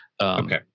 Okay